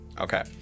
Okay